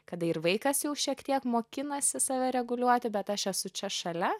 kada ir vaikas jau šiek tiek mokinasi save reguliuoti bet aš esu čia šalia